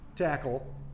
tackle